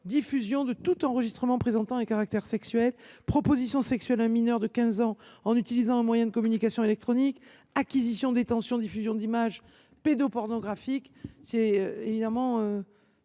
diffusion de tout enregistrement présentant un caractère sexuel, la proposition sexuelle à un mineur de 15 ans en utilisant un moyen de communication électronique, l’acquisition, la détention et la diffusion d’images pédopornographiques. Nous souscrivons